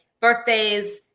birthdays